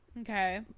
okay